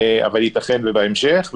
אבל ייתכן שכן בהמשך,